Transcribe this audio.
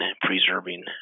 preserving